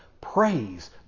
praise